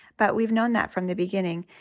but we've known that from the beginning.